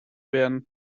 werden